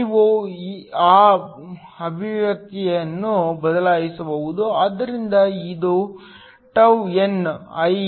ನೀವು ಆ ಅಭಿವ್ಯಕ್ತಿಯನ್ನು ಬದಲಿಸಬಹುದು ಆದ್ದರಿಂದ ಇದು τηIλhcD